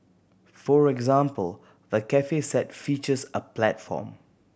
for example the cafe set features a platform